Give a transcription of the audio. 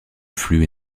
flux